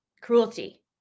cruelty